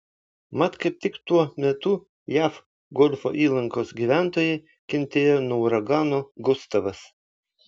mat kaip tik tuo metu jav golfo įlankos gyventojai kentėjo nuo uragano gustavas